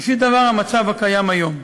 ראשית דבר, המצב הקיים היום,